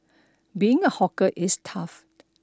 being a hawker is tough